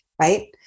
right